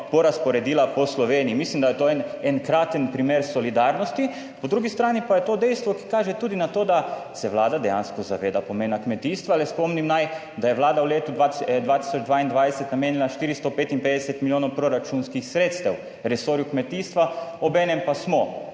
porazporedila po Sloveniji. Mislim, da je to enkraten primer solidarnosti, Po drugi strani pa je to dejstvo, ki kaže tudi na to, da se vlada dejansko zaveda pomena kmetijstva. Le spomnim naj, da je Vlada v letu 2022 namenila 455 milijonov proračunskih sredstev resorju kmetijstva, obenem pa smo